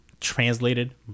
translated